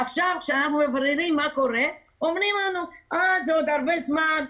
כשאנחנו מבררים מה קורה אומרים לנו: זה ייקח עוד הרבה זמן.